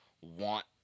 want